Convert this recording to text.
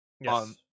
yes